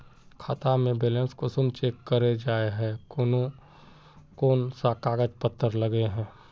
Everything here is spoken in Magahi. खाता में बैलेंस कुंसम चेक करे जाय है कोन कोन सा कागज पत्र लगे है?